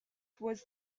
was